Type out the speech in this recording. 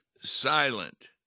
silent